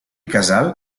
casal